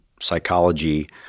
psychology